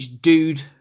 dude